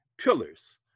pillars